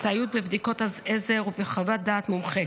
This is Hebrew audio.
הסתייעות בבדיקות עזר ובחוות דעת מומחה,